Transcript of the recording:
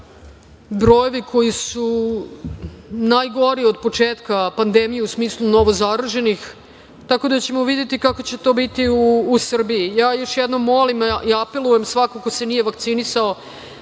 brojeve koji su najgori od početka pandemije u smislu novozaraženih, tako da ćemo videti kako će to biti u Srbiji. Još jednom molim i apelujem svako ko se nije vakcinisao